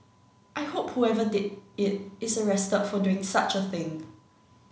I hope whoever did it is arrested for doing such a thing